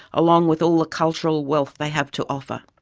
along with all the cultural wealth they have to offer.